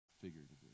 figuratively